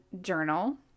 journal